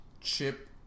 chip